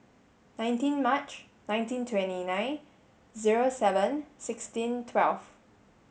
nineteen March nineteen twenty nine zero seven sixteen twelve